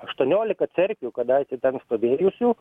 aštuoniolika cerkvių kadaise ten stovėjusių